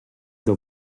the